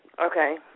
Okay